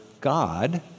God